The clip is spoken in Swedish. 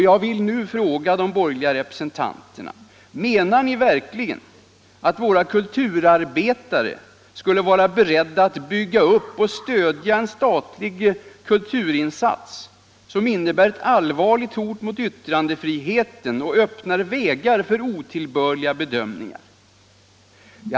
Jag vill nu fråga de borgerliga representanterna: Menar ni verkligen att våra kulturarbetare skulle vara beredda att bygga upp och stödja en statlig kulturinsats som innebär ett allvarligt hot mot yttrandefriheten och som öppnar vägar för otillbörliga bedömningar?